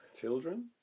children